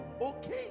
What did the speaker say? okay